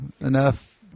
enough